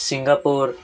Singapore